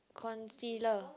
concealer